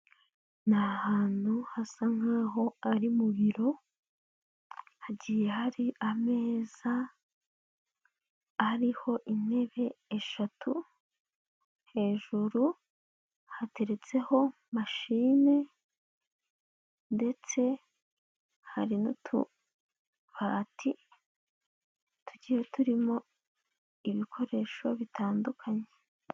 Na hantu hasa nkaho ari mu biro hagiye hari ameza ariho intebe eshatu, hejuru hateretseho mashine, ndetse hari n'utubati tugiye turimo ibikoresho bitandukanye.